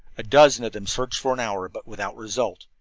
a dozen of them searched for an hour, but without result,